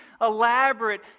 elaborate